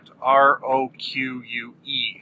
R-O-Q-U-E